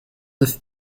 neuf